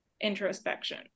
introspection